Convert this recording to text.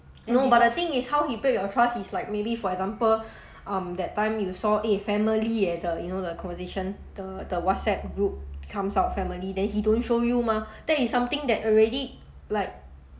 no but the thing is how he break your trust is like maybe for example um that time you saw eh family eh the you know the conversation the the whatsapp group comes out family then he don't show you mah that is something that already like